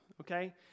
okay